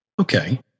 Okay